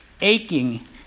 aching